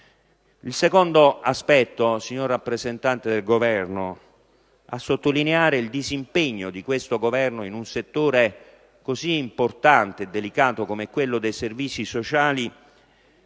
Il secondo aspetto, signor rappresentante del Governo, a sottolineare il disimpegno di questo Esecutivo in un settore così importante e delicato come quello dei servizi sociali,